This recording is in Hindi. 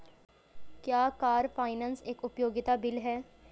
क्या कार फाइनेंस एक उपयोगिता बिल है?